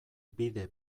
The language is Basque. bide